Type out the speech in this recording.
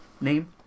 name